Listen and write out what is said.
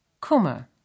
Kummer